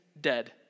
dead